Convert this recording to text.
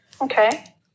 Okay